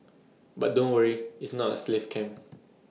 but don't worry its not A slave camp